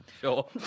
Sure